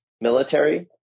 military